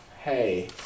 hey